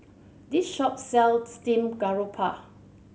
this shop sell steamed garoupa